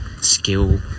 skill